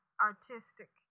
artistic